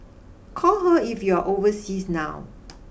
call her if you are overseas now